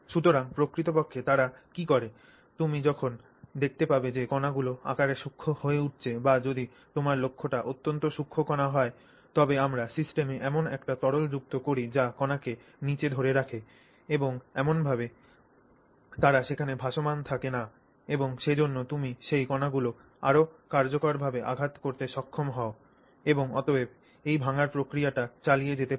সুতরাং প্রকৃতপক্ষে তারা কী করে তুমি যখন দেখতে পাবে যে কণাগুলি আকারে সূক্ষ্ম হয়ে উঠছে বা যদি তোমার লক্ষ্যটি অত্যন্ত সূক্ষ্ম কণা হয় তবে আমরা সিস্টেমে এমন একটি তরল যুক্ত করি যা কণাকে নীচে ধরে রাখে এবং এমনভাবে তারা সেখানে ভাসমান থাকে না এবং সেজন্য তুমি সেই কণাগুলি আরও কার্যকরভাবে আঘাত করতে সক্ষম হও এবং অতএব এই ভাঙার প্রক্রিয়াটি চালিয়ে যেতে পার